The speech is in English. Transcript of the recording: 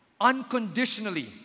unconditionally